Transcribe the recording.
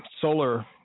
solar